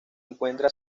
encuentra